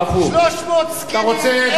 אתה רוצה,